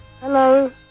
Hello